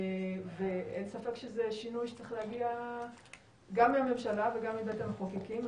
אין ספק שזה שינוי שצריך להגיע גם מהממשלה וגם מבית המחוקקים.